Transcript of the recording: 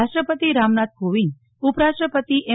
રાષ્ટ્રપતિ રામનાથ કોવિંદ ઉપરાષ્ટ્રપતિ એમ